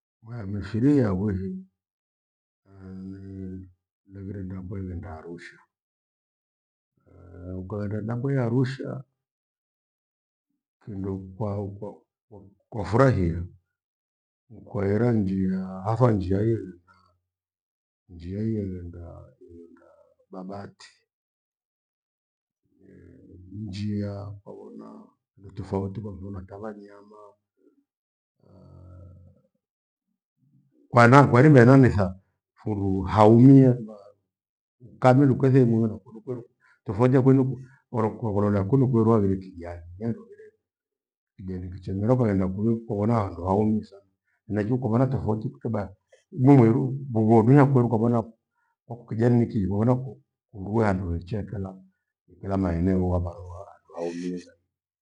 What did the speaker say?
Mifiri ya wihi nighire ndambe eghenda Arusha. ukaghenda na mbwia Arusha kindo kwahu- kwa- kwa- kwafurahia kwaira njia, hathwa njia ire- endaa njia irehenda- irenda babati. Njia kwa vona nitofauti kwa kuphona kana nyama kwana kwalimera nitha. Phundu hauwie laa kami lukwese imoru kudukwerue tofauti yakwenu ku warokukwororea kwenu kweru haghire kijae. Nihandu haghire liandikiche ngalau khagenda kwio khavona handu haumiza na juu kwamaana tofauti tukibaki muweru bughomia kweru kwavona kwako kijani ki waphona ku- kundu handu hecheka ikira maeneo wavarua au neeja ile.